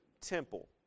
temple